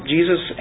Jesus